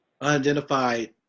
unidentified